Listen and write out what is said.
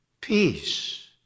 Peace